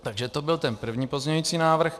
Takže to byl ten první pozměňující návrh.